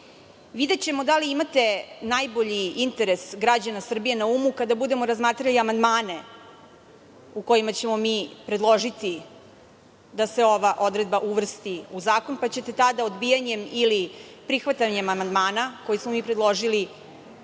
Vlada. Videćemo da li imate najbolji interes građana Srbije na umu, kada budemo razmatrali amandmane u kojima ćemo mi predložiti da se ova odredba uvrsti u zakon, pa ćete tada odbijanjem ili prihvatanjem amandmana, koje smo mi predložili,